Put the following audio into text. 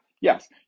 Yes